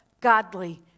godly